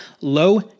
low